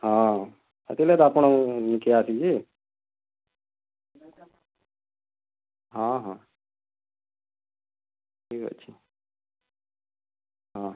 ହଁ ହେଥିର୍ ଲାଗି ତ ଆପଣ୍ଙ୍କର୍ ଆସିଛେଁ ଯେ ହଁ ହଁ ଠିକ୍ ଅଛେ ହଁ